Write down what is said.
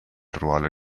ruolo